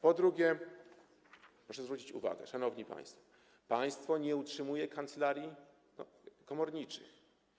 Po drugie, proszę zwrócić uwagę, szanowni państwo, na to, że państwo nie utrzymuje kancelarii komorniczych.